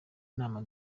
nama